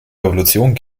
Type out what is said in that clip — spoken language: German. revolution